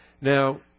Now